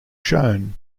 shown